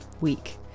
week